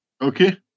Okay